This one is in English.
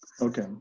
Okay